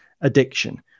addiction